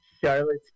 Charlotte